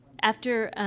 after,